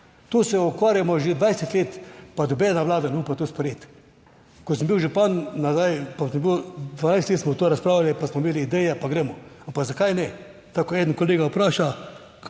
To se ukvarjamo že 20 let, pa nobena vlada ne upa to sprejeti. Ko sem bil župan, nazaj, pa sem bil, 12 let smo to razpravljali, pa smo imeli ideje, pa gremo, ampak zakaj ne, tako kot en kolega vpraša.